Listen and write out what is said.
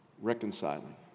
reconciling